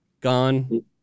gone